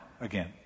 again